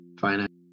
finance